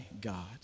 God